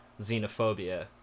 xenophobia